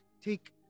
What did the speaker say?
take